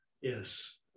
yes